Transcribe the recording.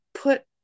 put